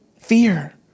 fear